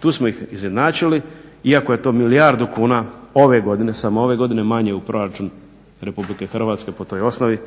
Tu smo ih izjednačili, iako je to milijardu kuna ove godine, samo ove godine manje u proračun RH po toj osnovi